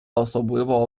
особливо